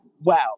wow